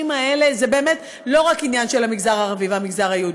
האלה זה באמת לא רק עניין של המגזר הערבי והמגזר היהודי.